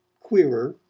queerer,